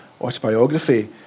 autobiography